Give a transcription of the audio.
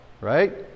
right